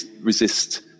resist